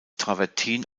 travertin